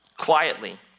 Quietly